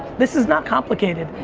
this is not complicated.